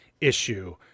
issue